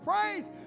praise